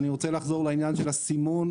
אני רוצה לחזור לעניין של הסימון,